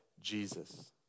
Jesus